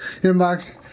Inbox